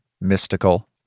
mystical